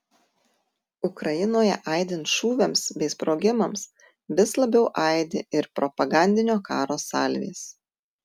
ukrainoje aidint šūviams bei sprogimams vis labiau aidi ir propagandinio karo salvės